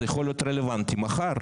זה יכול להיות רלוונטי מחר.